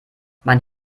mein